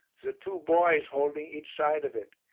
the two boys holding each side of it.